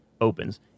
opens